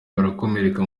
barakomereka